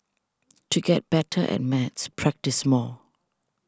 to get better at maths practise more